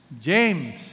James